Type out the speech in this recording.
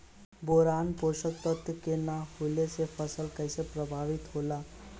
Boron पोषक तत्व के न होला से फसल कइसे प्रभावित होला?